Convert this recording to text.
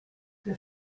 der